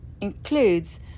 includes